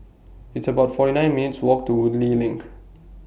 It's about forty nine minutes' Walk to Woodleigh LINK